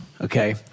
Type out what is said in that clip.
okay